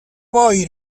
poi